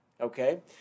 okay